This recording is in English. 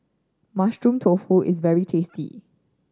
Mushroom Tofu is very tasty